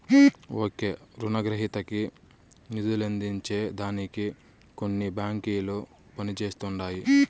ఒకే రునగ్రహీతకి నిదులందించే దానికి కొన్ని బాంకిలు పనిజేస్తండాయి